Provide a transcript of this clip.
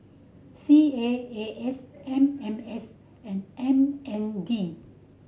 C A A S M M S and M N D